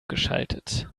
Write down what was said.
geschaltet